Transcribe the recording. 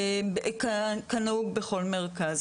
כנהוג בכל מרכז.